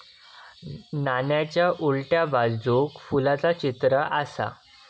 नाण्याच्या उलट्या बाजूक फुलाचा चित्र आसा